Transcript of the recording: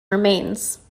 remains